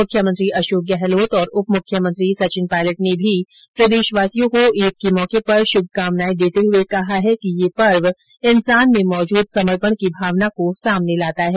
मुख्यमंत्री अशोक गहलोत और उप मुख्यमंत्री सचिन पायलट ने भी प्रदेशवासियों को ईद के मौके पर शुभकामनाए देते हुए कहा है कि यह पर्व इन्सान में मौजूद समर्पण की भावना को सामने लाता है